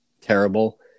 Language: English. terrible